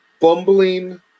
bumbling